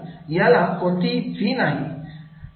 याला कोणतीही फी नाही